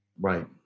right